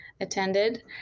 attended